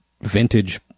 vintage